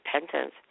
repentance